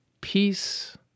peace